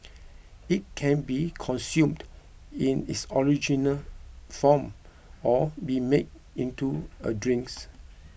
it can be consumed in its original form or be made into a drinks